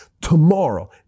tomorrow